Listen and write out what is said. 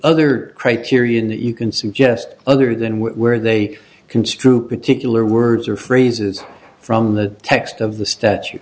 other criterion that you can suggest other than where they construe particular words or phrases from the text of the statu